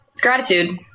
gratitude